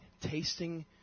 tasting